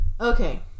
Okay